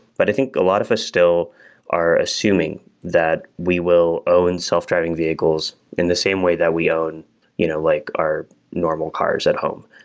but i think a lot of us still are assuming that we will own self-driving vehicles in the same way that we own you know like our normal cars at home.